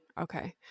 Okay